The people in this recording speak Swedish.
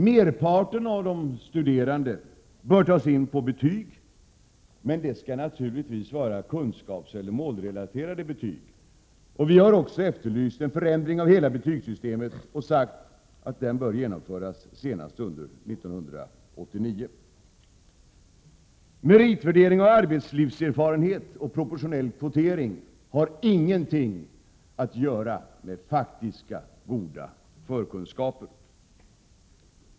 Merparten av de studerande bör tas in på betyg, men det skall naturligtvis vara kunskapseller målrelaterade betyg. Vi har också efterlyst en förändring av hela betygssystemet och sagt att den bör genomföras senast under 1989. Meritvärdering av arbetslivserfarenhet och proportionell kvotering har ingenting att göra med faktiska, goda förkunskaper!